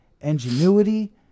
ingenuity